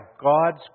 God's